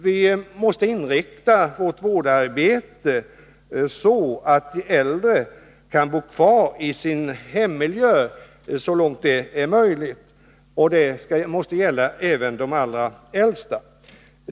Vi måste därför inrikta vårt vårdarbete så, att de äldre kan bo kvar i sin hemmiljö så långt det är möjligt, vilket måste gälla även de allra äldsta.